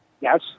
Yes